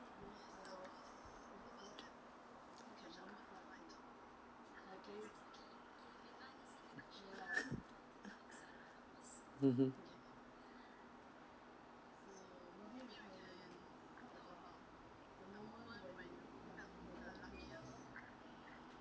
(uh huh)